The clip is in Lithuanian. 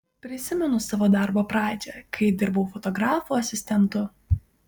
prisimenu savo darbo pradžią kai dirbau fotografų asistentu